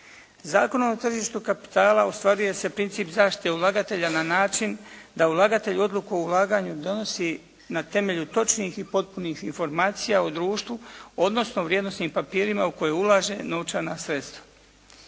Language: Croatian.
Zakonom o tržištu kapitala ostvaruje se princip zaštite ulagatelja na način da ulagatelj odluku o ulaganju donosi na temelju točnih i potpunih informacija u društvu, odnosno o vrijednosnim papirima u koje ulaže novčana sredstva.